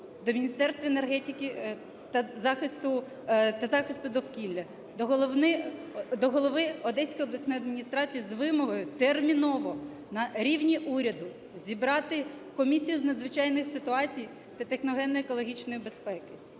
до Міністерства енергетики та захисту довкілля, до голови Одеської обласної адміністрації з вимогою терміново на рівні уряду зібрати Комісію з надзвичайних ситуацій та техногенної екологічної безпеки.